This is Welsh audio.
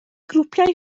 grwpiau